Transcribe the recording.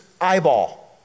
eyeball